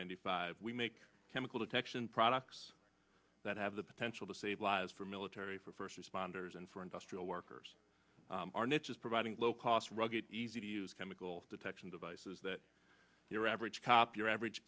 hundred five we make chemical detection products that have the potential to save lives for military for first responders and for industrial workers our niche is providing low cost rugged easy to use chemical detection devices that your average cop your average